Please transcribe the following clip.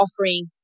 offering